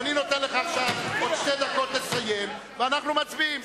ואני נותן לך עכשיו עוד שתי דקות לסיים ואנחנו מצביעים,